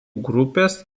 grupės